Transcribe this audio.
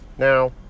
Now